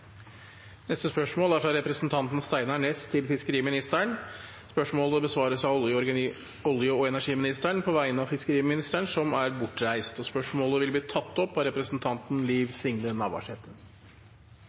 fra representanten Steinar Ness til fiskeriministeren, vil bli besvart av olje- og energiministeren på vegne av fiskeriministeren, som er bortreist. Spørsmålet vil bli tatt opp av representanten Liv